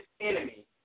enemy